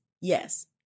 yes